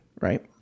right